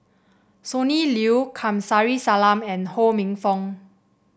Sonny Liew Kamsari Salam and Ho Minfong